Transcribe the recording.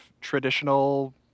traditional